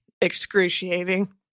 excruciating